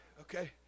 Okay